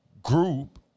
Group